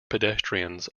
pedestrians